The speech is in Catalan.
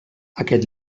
aquest